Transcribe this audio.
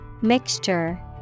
Mixture